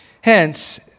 Hence